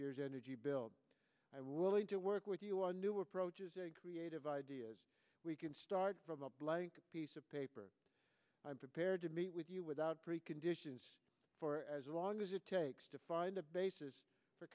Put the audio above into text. year's energy bill i willing to work with you on new approaches a creative ideas we can start from a blank piece of paper i'm prepared to meet with you without preconditions for as long as it takes to find a basis for